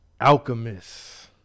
alchemist